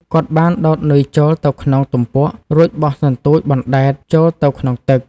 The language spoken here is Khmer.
គាត់បានដោតនុយចូលទៅក្នុងទំពក់ រួចបោះសន្ទូចបណ្ដែតចូលទៅក្នុងទឹក។